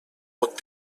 bot